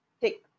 take